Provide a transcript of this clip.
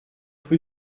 rue